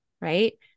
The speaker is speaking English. Right